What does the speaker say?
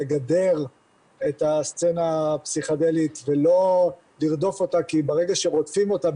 לגדר את הסצנה הפסיכדלית ולא לרדוף אותה כי ברגע שרודפים אותה,